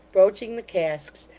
broaching the casks,